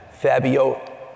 Fabio